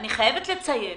אני חייבת לציין